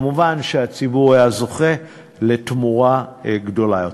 מובן שהציבור היה זוכה לתמורה גדולה יותר.